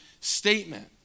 statement